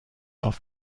auf